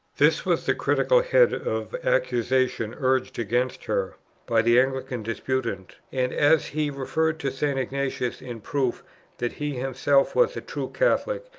this was the critical head of accusation urged against her by the anglican disputant and as he referred to st. ignatius in proof that he himself was a true catholic,